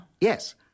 Yes